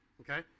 Okay